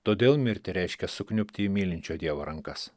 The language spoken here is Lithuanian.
todėl mirti reiškia sukniupti į mylinčio dievo rankas